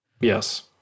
Yes